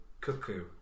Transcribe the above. Cuckoo